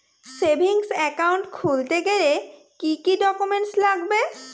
Savings account খুলতে গেলে কি কি ডকুমেন্টস লাগবে?